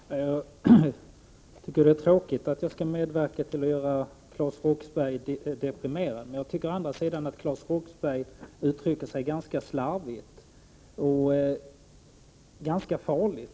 Herr talman! Jag tycker det är tråkigt att jag skall medverka till att göra Claes Roxbergh deprimerad, men jag tycker å andra sidan att Claes | Roxbergh uttrycker sig ganska slarvigt och dessutom ganska farligt.